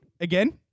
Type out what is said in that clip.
again